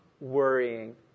worrying